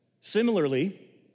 Similarly